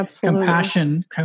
compassion